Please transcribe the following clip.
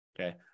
Okay